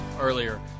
earlier